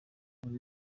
buri